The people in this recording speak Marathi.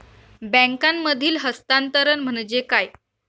बँकांमधील हस्तांतरण म्हणजे काय?